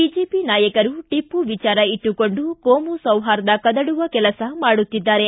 BJP ನಾಯಕರು ಟಪ್ಪು ವಿಚಾರ ಇಟ್ಲುಕೊಂಡು ಕೋಮು ಸೌಪಾರ್ದ ಕದಡುವ ಕೆಲಸ ಮಾಡುತ್ತಿದ್ದಾರೆ